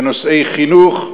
בנושאי חינוך,